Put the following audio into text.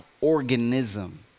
organism